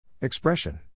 Expression